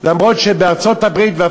אף-על-פי שבארצות-הברית,